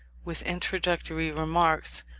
with introductory remarks,